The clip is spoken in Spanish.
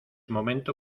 momento